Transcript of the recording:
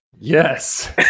Yes